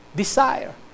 desire